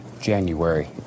January